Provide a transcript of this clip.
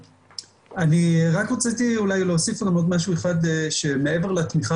אני רק רציתי אולי להוסיף עוד משהו אחד שמעבר לתמיכה